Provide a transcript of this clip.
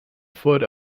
foot